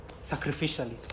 sacrificially